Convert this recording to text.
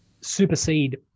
supersede